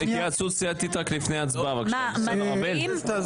לפני הצבעה, התייעצות סיעתית.